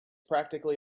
practically